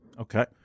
Okay